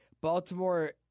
Baltimore